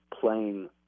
playing